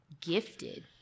gifted